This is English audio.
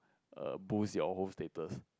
err boost your own status